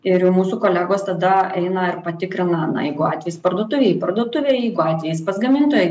ir mūsų kolegos tada eina ar patikrina na jeigu atvejis parduotuvėj į parduotuvę jeigu atvejis pas gamintoją